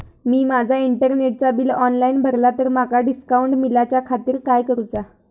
मी माजा इंटरनेटचा bill online भरला तर माका डिस्काउंट मिलाच्या खातीर काय करुचा?